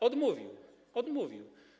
Odmówił, odmówił.